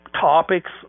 topics